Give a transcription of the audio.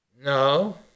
No